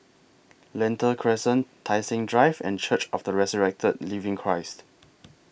Lentor Crescent Tai Seng Drive and Church of The Resurrected Living Christ